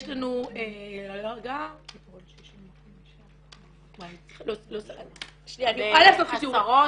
יש לנו --- אני יכולה לעשות חישוב,